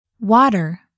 Water